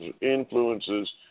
influences